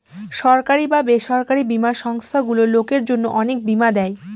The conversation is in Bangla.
সরকারি বা বেসরকারি বীমা সংস্থারগুলো লোকের জন্য অনেক বীমা দেয়